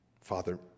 Father